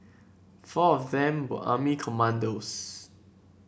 four of them were army commandos